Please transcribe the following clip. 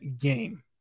game